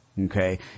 Okay